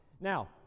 Now